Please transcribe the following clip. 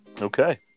Okay